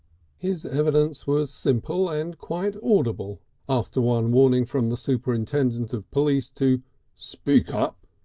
his evidence was simple and quite audible after one warning from the superintendent of police to speak up.